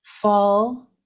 fall